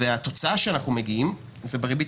והתוצאה שאנחנו מגיעים אליה זה בריבית